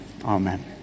amen